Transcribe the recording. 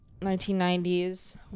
1990s